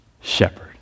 shepherd